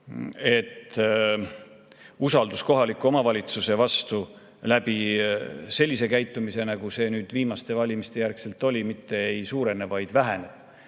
et usaldus kohaliku omavalitsuse vastu sellise käitumise tõttu, nagu see viimaste valimiste järgselt oli, mitte ei suurene, vaid väheneb.